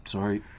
Sorry